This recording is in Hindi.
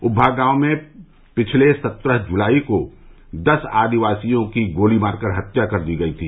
उम्मा गांव में पिछले सत्रह जुलाई को दस आदिवासियों की गोली मार कर हत्या कर दी गई थी